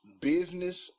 business